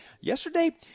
Yesterday